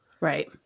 Right